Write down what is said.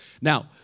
Now